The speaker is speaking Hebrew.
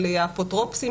של האפוטרופוסים